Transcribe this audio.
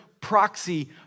proxy